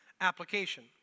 application